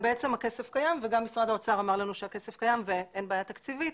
והכסף קיים וגם משרד האוצר אמר שהכסף קיים ואין בעיה תקציבית,